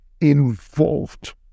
involved